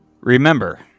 Remember